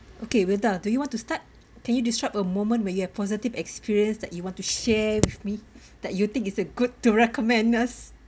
okay wildah do you want to start can you describe a moment where you have positive experience that you want to share with me that you think is a good to recommend us